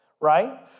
Right